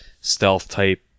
stealth-type